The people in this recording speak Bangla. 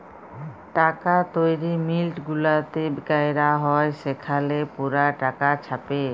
টাকা তৈরি মিল্ট গুলাতে ক্যরা হ্যয় সেখালে পুরা টাকা ছাপে